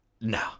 no